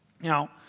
Now